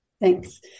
Thanks